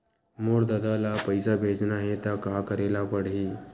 मोर ददा ल पईसा भेजना हे त का करे ल पड़हि?